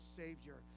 savior